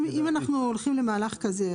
אם אנחנו הולכים למהלך כזה,